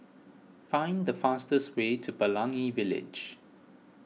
find the fastest way to Pelangi Village